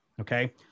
Okay